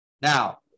Now